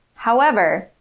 however,